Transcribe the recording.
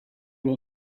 will